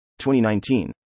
2019